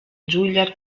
julia